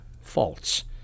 false